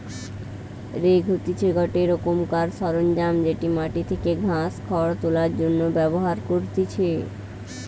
rake হতিছে গটে রোকমকার সরঞ্জাম যেটি মাটি থেকে ঘাস, খড় তোলার জন্য ব্যবহার করতিছে